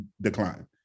decline